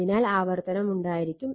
അതിനാൽ ആവർത്തനം ഉണ്ടായിരിക്കും